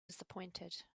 disappointed